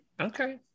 okay